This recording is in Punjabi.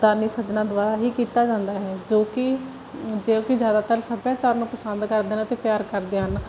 ਦਾਨੀ ਸੱਜਣਾ ਦੁਆਰਾ ਹੀ ਕੀਤਾ ਜਾਂਦਾ ਹੈ ਜੋ ਕਿ ਜੋ ਕਿ ਜ਼ਿਆਦਾਤਰ ਸੱਭਿਆਚਾਰ ਨੂੰ ਪਸੰਦ ਕਰਦੇ ਨੇ ਅਤੇ ਪਿਆਰ ਕਰਦੇ ਹਨ